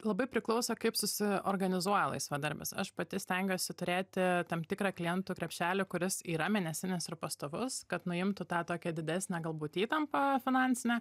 labai priklauso kaip susiorganizuoja laisvadarbis aš pati stengiuosi turėti tam tikrą klientų krepšelį kuris yra mėnesinis ir pastovus kad nuimtų tą tokią didesnę galbūt įtampą finansinę